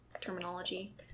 terminology